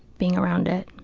being around it.